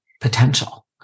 potential